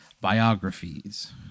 biographies